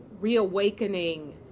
reawakening